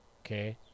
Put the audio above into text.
okay